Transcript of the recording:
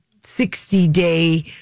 60-day